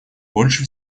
больше